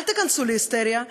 אל תיכנסו להיסטריה,